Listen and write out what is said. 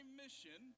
mission